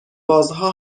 بازها